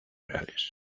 reales